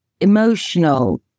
emotional